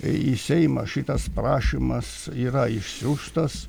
į seimą šitas prašymas yra išsiųstas